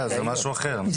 זה משהו אחר.